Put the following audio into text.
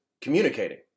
communicating